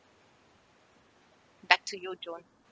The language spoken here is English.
back to you john